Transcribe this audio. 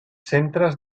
centres